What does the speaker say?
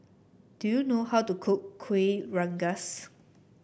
do you know how to cook Kuih Rengas